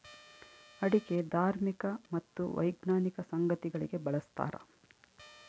ಅಡಿಕೆ ಧಾರ್ಮಿಕ ಮತ್ತು ವೈಜ್ಞಾನಿಕ ಸಂಗತಿಗಳಿಗೆ ಬಳಸ್ತಾರ